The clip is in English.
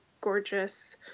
gorgeous